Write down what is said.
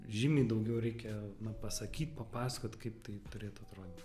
žymiai daugiau reikia pasakyt papasakot kaip tai turėtų atrodyt